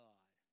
God